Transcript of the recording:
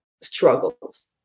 struggles